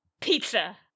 Pizza